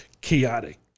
chaotic